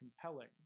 compelling